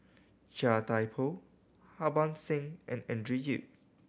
Chia Thye Poh Harban Singh and Andrew Yip